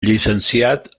llicenciat